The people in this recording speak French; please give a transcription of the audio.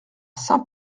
saint